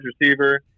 receiver